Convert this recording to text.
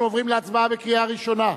אנחנו עוברים להצבעה בקריאה הראשונה,